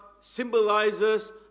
symbolizes